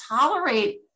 tolerate